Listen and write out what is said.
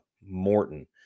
Morton